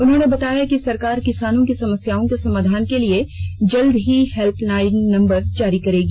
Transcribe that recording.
उन्होंने बताया कि सरकार किसानों की समस्याओं समाधान के लिए जल्द ही हेल्पलाइन नंबर जारी करेगी